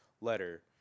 letter